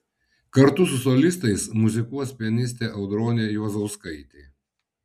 kartu su solistais muzikuos pianistė audronė juozauskaitė